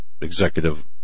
executive